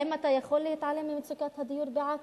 האם אתה יכול להתעלם ממצוקת הדיור בעכו?